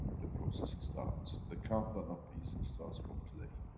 the processes starts. the countdown of peace, starts from today.